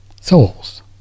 souls